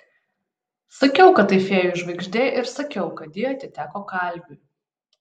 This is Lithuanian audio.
sakiau kad tai fėjų žvaigždė ir sakiau kad ji atiteko kalviui